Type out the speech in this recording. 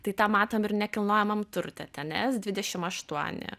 tai tą matom ir nekilnojamam turtui ten es dvidešim aštuoni